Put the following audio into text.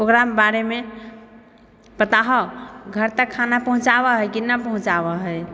ओकरा बारेमे पता हउ घर तक खाना पहुँचाबै है कि नहि पहुँचाबै है